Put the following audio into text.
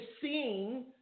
seeing